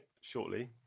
shortly